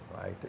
right